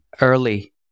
early